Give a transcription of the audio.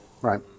Right